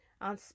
on